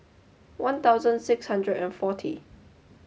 one thousand six hundred and forty